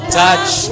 touch